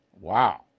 Wow